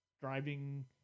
driving